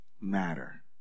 matter